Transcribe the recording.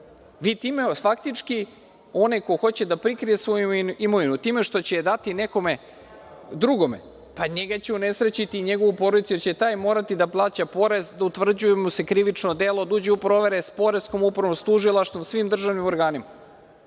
Vi time faktički, onaj ko hoće da prikrije svoju imovinu time što će je dati nekome drugome, pa njega će unesrećiti i njegovu porodicu, jer će taj morati da plaća porez, da mu se utvrđuje krivično delo, da uđe u provere s Poreskom upravom, s tužilaštvom, sa svim državnim organima. Dakle,